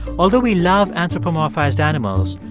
although we love anthropomorphized animals,